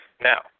Now